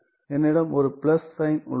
என்னிடம் ஒரு plus sign உள்ளது